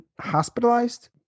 hospitalized